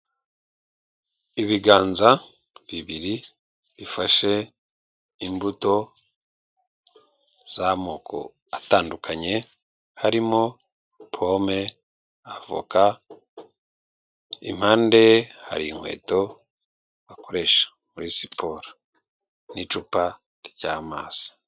Ibiganza bibiri bifashe imbuto z'amoko atandukanye harimo pome, avoka, impande hari inkweto bakoresha muri siporo n'icupa ry'amazi.